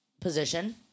position